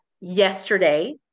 yesterday